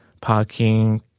parking